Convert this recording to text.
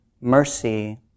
mercy